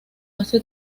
hace